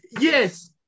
yes